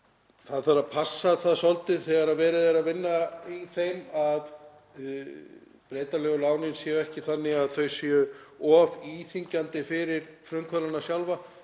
það þarf að passa það svolítið þegar verið er að vinna í þeim að breytanlegu lánin séu ekki þannig að þau séu of íþyngjandi fyrir frumkvöðlana sjálfa,